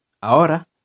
Ahora